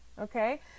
okay